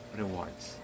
rewards